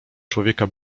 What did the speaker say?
człowieka